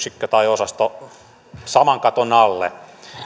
osasto saman katon alle